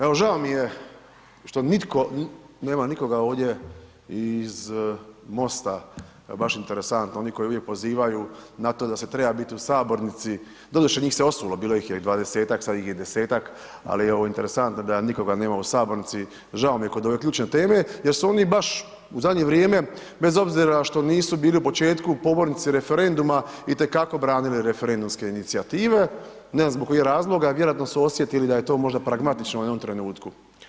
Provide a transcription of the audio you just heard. Evo žao mi je što nitko, nema nikoga ovdje iz MOST-a, evo baš interesantno, oni koji uvijek prozivaju na to da se treba biti u Sabornici, doduše njih se osulo, bilo ih je 20-ak, sad ih je 10-ak, ali evo interesantno je da nikoga nema u Sabornici, žao mi je kod ove ključne teme, jer su oni baš u zadnje vrijeme bez obzira što nisu bili u početku pobornici referenduma, itekako branili referendumske inicijative, ne znam zbog kojih razloga, vjerojatno su osjetili da je to možda pragmatično u jednom trenutku.